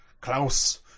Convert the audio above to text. Klaus